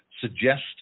suggest